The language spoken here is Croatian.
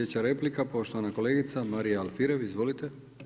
replika poštovana kolegica Marija Alfirev, izvolite.